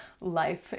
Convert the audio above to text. life